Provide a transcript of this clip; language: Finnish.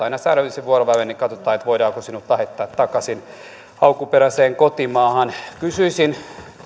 aina säännöllisin vuorovälein katsotaan voidaanko sinut lähettää takaisin alkuperäiseen kotimaahasi kysyisin